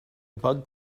bug